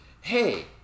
hey